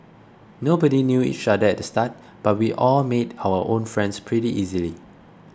nobody knew each other at the start but we all made our own friends pretty easily